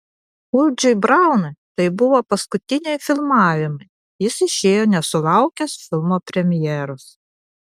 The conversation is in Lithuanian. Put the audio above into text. uldžiui braunui tai buvo paskutiniai filmavimai jis išėjo nesulaukęs filmo premjeros